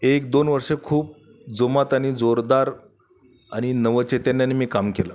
एकदोन वर्षं खूप जोमात आणि जोरदार आणि नवचैतन्याने मी काम केलं